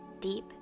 deep